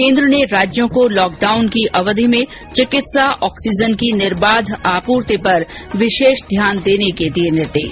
केन्द्र ने राज्यों को लॉकडाउन की अवधि में चिकित्सा ऑक्सीजन की निर्बाध आपूर्ति पर विशेष ध्यान देने के दिए निर्देश